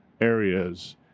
areas